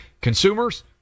Consumers